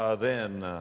ah then,